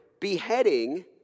beheading